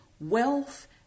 wealth